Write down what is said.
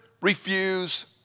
refuse